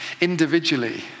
individually